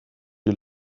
you